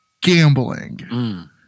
Gambling